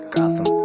Gotham